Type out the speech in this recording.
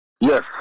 Yes